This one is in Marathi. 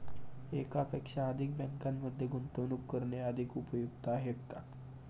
एकापेक्षा अधिक बँकांमध्ये गुंतवणूक करणे अधिक उपयुक्त आहे का?